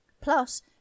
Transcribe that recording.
Plus